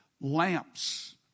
lamps